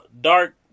Dark